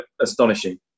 astonishing